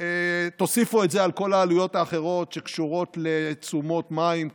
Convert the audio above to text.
ותוסיפו את זה על כל העלויות האחרות שקשורות לתשומות מים,